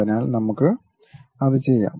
അതിനാൽ നമുക്ക് അത് ചെയ്യാം